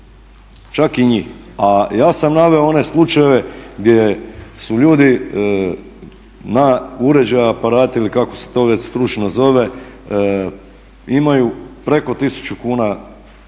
čak i njih. A ja sam naveo one slučajeve gdje su ljudi na uređaje, aparate ili kako se to već stručno zove imaju preko 1000 kn